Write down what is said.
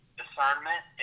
discernment